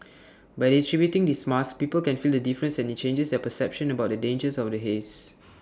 by distributing these masks people can feel the difference and IT changes their perception about the dangers of the haze